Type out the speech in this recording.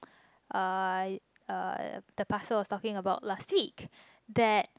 uh uh the pastor was talking about last week that